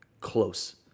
close